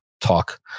talk